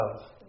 Love